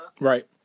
Right